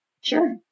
Sure